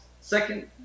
Second